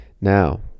now